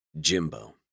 Jimbo